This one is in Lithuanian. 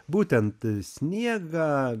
būtent sniegą